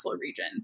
region